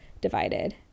divided